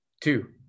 two